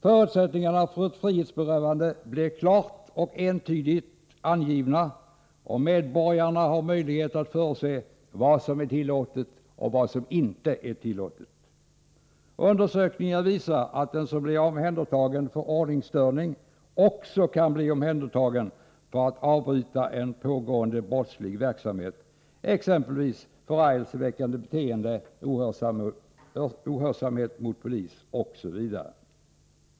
Förutsättningarna för ett frihetsberövande blir klart och entydigt angivna, och medborgarna har möjlighet att förutse vad som är tillåtet eller ej. Undersökningar visar att den som blir omhändertagen för ordningsstörning också kan bli omhändertagen för att avbryta en pågående brottslig verksamhet, exempelvis förargelseväckande beteende eller ohörsamhet mot polis.